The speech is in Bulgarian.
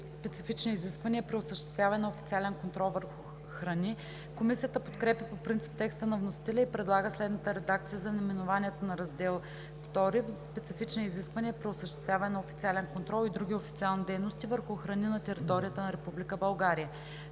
Специфични изисквания при осъществяване на официален контрол върху храни“. Комисията подкрепя по принцип текста на вносителя и предлага следната редакция за наименованието на Раздел ІI: „Специфични изисквания при осъществяване на официален контрол и други официални дейности върху храни на територията на Република